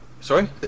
Sorry